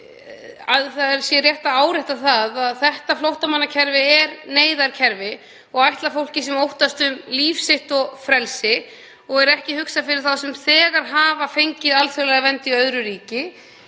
Ég tel rétt að árétta það að þetta flóttamannakerfi er neyðarkerfi og er ætlað fyrir fólk sem óttast um líf sitt og frelsi og er ekki hugsað fyrir þá sem þegar hafa fengið alþjóðlega vernd í öðru ríki